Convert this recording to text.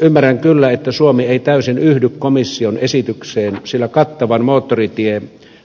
ymmärrän kyllä että suomi ei täysin yhdy komission esitykseen sillä kattavan moottoritie